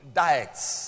diets